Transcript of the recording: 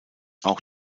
auch